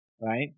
right